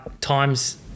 times